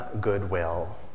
goodwill